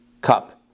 cup